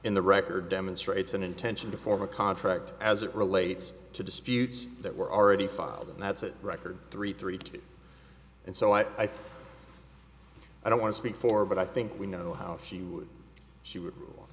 in the record demonstrates an intention to form a contract as it relates to disputes that were already filed and that's a record three three two and so i think i don't want to speak for but i think we know how she would she would